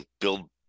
build